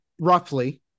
roughly